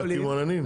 של הקמעונאים?